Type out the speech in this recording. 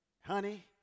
honey